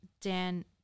dan